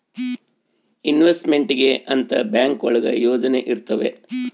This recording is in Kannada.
ಇನ್ವೆಸ್ಟ್ಮೆಂಟ್ ಗೆ ಅಂತ ಬ್ಯಾಂಕ್ ಒಳಗ ಯೋಜನೆ ಇರ್ತವೆ